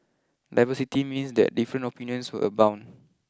diversity means that different opinions will abound